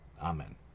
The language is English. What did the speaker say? Amen